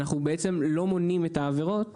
אנחנו לא מונעים את העבירות